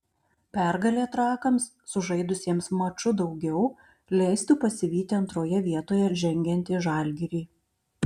pergalė trakams sužaidusiems maču daugiau leistų pasivyti antroje vietoje žengiantį žalgirį